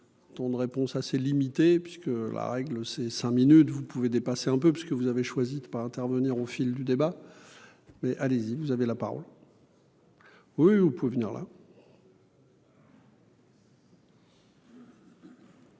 ton de réponse assez limité puisque la règle c'est cinq minutes vous pouvez dépasser un peu parce que vous avez choisi de pas intervenir au fil du débat, mais allez-y, vous avez la parole. Oui, vous pouvez venir là.